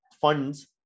funds